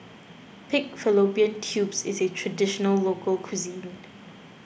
Pig Fallopian Tubes is a Traditional Local Cuisine